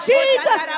Jesus